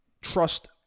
Trust